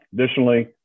Additionally